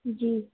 جی